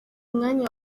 mwanya